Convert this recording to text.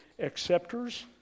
acceptors